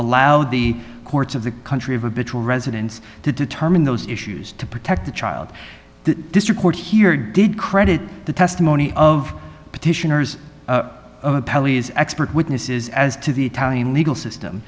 allow the courts of the country of a between residents to determine those issues to protect the child the district court here did credit the testimony of petitioners pelleas expert witnesses as to the italian legal system